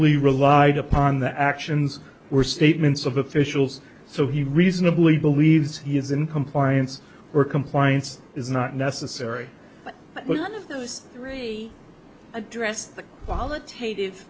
y relied upon the actions were statements of officials so he reasonably believes he is in compliance or compliance is not necessary